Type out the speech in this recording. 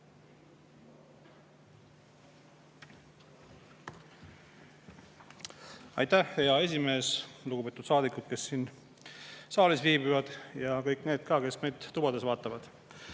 Aitäh, hea esimees! Lugupeetud saadikud, kes saalis viibivad, ja kõik need, kes meid tubades vaatavad!